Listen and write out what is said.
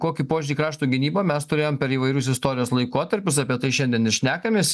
kokį požiūrį į krašto gynybą mes turėjom per įvairius istorijos laikotarpius apie tai šiandien ir šnekamės